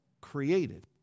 created